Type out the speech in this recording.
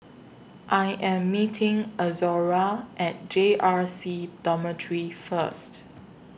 I Am meeting Izora At J R C Dormitory First